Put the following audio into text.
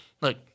look